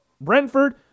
Brentford